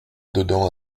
dedans